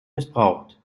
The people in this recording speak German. missbraucht